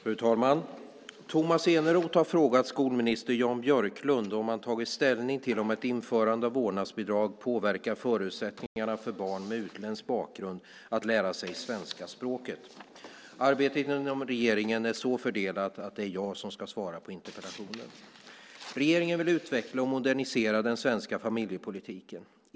Fru talman! Tomas Eneroth har frågat skolminister Jan Björklund om han har tagit ställning till om ett införande av vårdnadsbidrag påverkar förutsättningarna för barn med utländsk bakgrund att lära sig svenska språket. Arbetet inom regeringen är så fördelat att det är jag som ska svara på interpellationen. Regeringen vill utveckla och modernisera den svenska familjepolitiken.